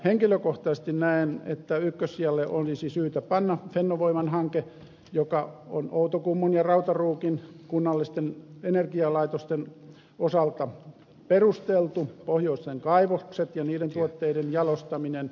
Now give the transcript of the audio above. henkilökohtaisesti näen että ykkössijalle olisi syytä panna fennovoiman hanke joka on outokummun ja rautaruukin kunnallisten energialaitosten osalta perusteltu pohjoisen kaivokset ja niiden tuotteiden jalostaminen